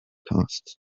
costs